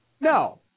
No